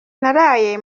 naraye